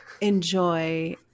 enjoy